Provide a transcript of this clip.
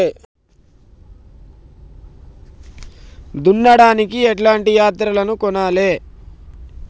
దున్నడానికి ఎట్లాంటి యంత్రాలను కొనాలే?